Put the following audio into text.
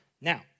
Now